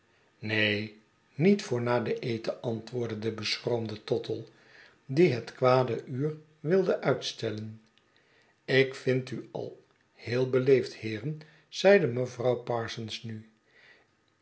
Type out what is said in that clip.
neen niet voor na den eten antwoordde de beschroomde tottle die het kwade uur wilde uitstellen ik vind u al heel beleefd heeren zeide mevrouw parsons nu